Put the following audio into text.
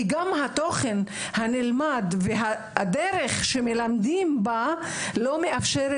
גם התוכן הנלמד והדרך שמלמדים בה לא מאפשרים